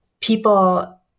people